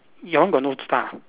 your one got no star